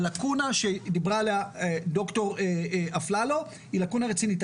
הלקונה שהיא דיברה עליה ד"ר אפללו היא לקונה רצינית.